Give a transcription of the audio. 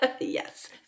Yes